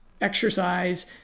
exercise